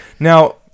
Now